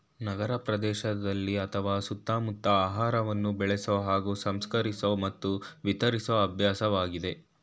ನಗರಪ್ರದೇಶದಲ್ಲಿ ಅತ್ವ ಸುತ್ತಮುತ್ತ ಆಹಾರವನ್ನು ಬೆಳೆಸೊ ಹಾಗೂ ಸಂಸ್ಕರಿಸೊ ಮತ್ತು ವಿತರಿಸೊ ಅಭ್ಯಾಸವಾಗಿದೆ